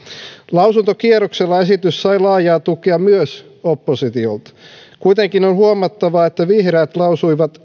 lausuntokierroksella esitys sai laajaa tukea myös oppositiolta kuitenkin on huomattava että vihreät lausuivat